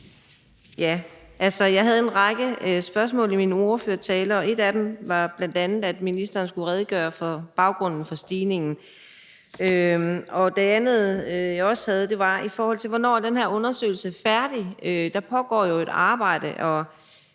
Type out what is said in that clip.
(DF): Jeg havde en række spørgsmål i min ordførertale, og et af dem var, at ministeren skulle redegøre for baggrunden for stigningen. Det andet, jeg også havde, var, hvornår den her undersøgelse er færdig. Der pågår jo et arbejde, og